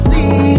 See